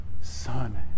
son